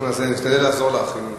אנחנו נשתדל לעזור לך.